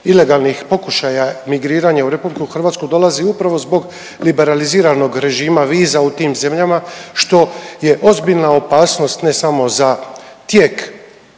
ilegalnih pokušaja migriranja u RH dolazi upravo zbog liberaliziranog režima viza u tim zemljama, što je ozbiljna opasnost ne samo za tijek,